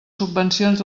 subvencions